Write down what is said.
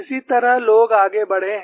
इसी तरह लोग आगे बढ़े हैं